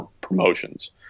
promotions